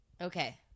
Okay